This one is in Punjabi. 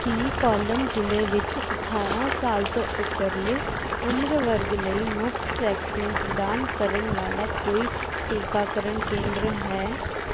ਕੀ ਕੋਲਮ ਜ਼ਿਲ੍ਹੇ ਵਿੱਚ ਅਠਾਰਾਂ ਸਾਲ ਤੋਂ ਉਪਰਲੇ ਉਮਰ ਵਰਗ ਲਈ ਮੁਫ਼ਤ ਵੈਕਸੀਨ ਪ੍ਰਦਾਨ ਕਰਨ ਵਾਲਾ ਕੋਈ ਟੀਕਾਕਰਨ ਕੇਂਦਰ ਹੈ